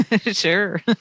Sure